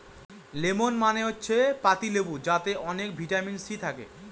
lemon মানে হচ্ছে পাতি লেবু যাতে অনেক ভিটামিন সি থাকে